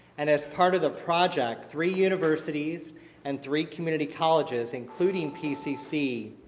and as part of the project, three universities and three community colleges, including pcc,